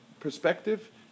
perspective